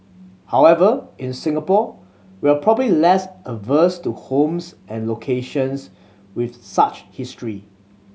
however in Singapore we are probably less averse to homes and locations with such history